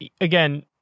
Again